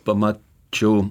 pama čiau